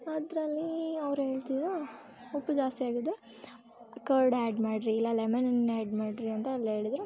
ಅದರಲ್ಲಿ ಅವ್ರು ಹೇಳ್ತಿದ್ರು ಉಪ್ಪು ಜಾಸ್ತಿ ಆಗಿದ್ದರೆ ಕರ್ಡ್ ಆ್ಯಡ್ ಮಾಡಿರಿ ಇಲ್ಲ ಲೆಮನನ್ನು ಆ್ಯಡ್ ಮಾಡಿರಿ ಅಂತ ಎಲ್ಲ ಹೇಳಿದ್ರು